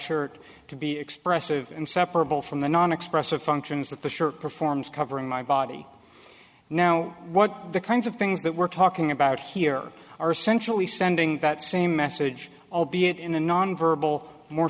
shirt to be expressive and separable from the non expressive functions that the shirt performs covering my body now what the kinds of things that we're talking about here are centrally sending that same message albeit in a non verbal more